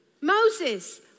Moses